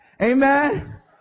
Amen